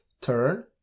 turn